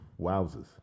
Wowzers